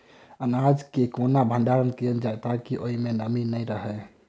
अनाज केँ केना भण्डारण कैल जाए ताकि ओई मै नमी नै रहै?